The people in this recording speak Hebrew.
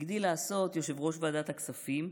הגדיל לעשות יושב-ראש ועדת הכספים,